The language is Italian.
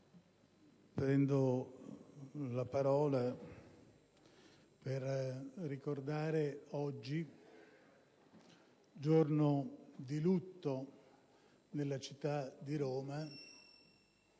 prendo la parola per ricordare oggi, giorno di lutto nella città di Roma,